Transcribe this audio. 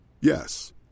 Yes